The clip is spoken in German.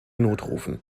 notrufen